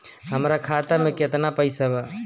हमरा खाता में केतना पइसा बा?